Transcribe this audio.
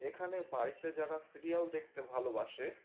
এখানে বাড়িতে যারা সিরিয়াল দেখতে ভালোবাসে